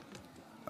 סגלוביץ'.